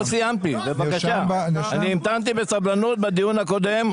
אני המתנתי בסבלנות בדיון הקודם,